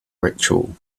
ritual